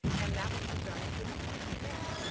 and that was the journey to now.